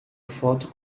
foto